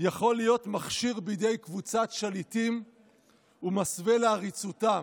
יכול להיות מכשיר בידי קבוצת שליטים ומסווה לעריצותם.